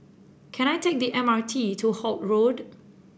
can I take the M R T to Holt Road